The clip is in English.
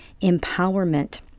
empowerment